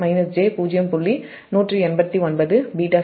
இதேபோல் Ib j0